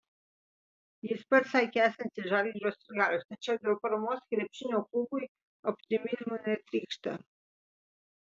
jis pats sakė esantis žalgirio sirgalius tačiau dėl paramos krepšinio klubui optimizmu netrykšta